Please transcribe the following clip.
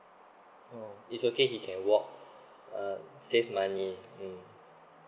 oh it's okay he can walk uh save money mm